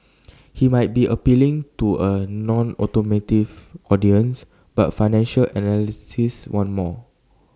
he might be appealing to A nonautomotive audience but financial analysts want more